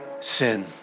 sin